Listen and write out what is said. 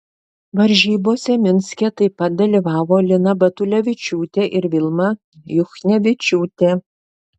varžybose minske taip pat dalyvavo lina batulevičiūtė ir vilma juchnevičiūtė